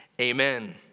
Amen